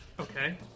Okay